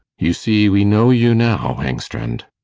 you see we know you now, engstrand.